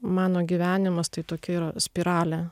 mano gyvenimas tai tokia yra spiralė